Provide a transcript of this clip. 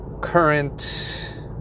current